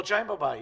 חודשיים בבית,